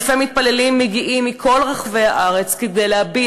אלפי מתפללים מגיעים מכל רחבי הארץ להביע